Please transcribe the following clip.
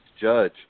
judge